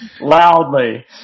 loudly